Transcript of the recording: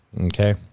Okay